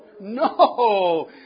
No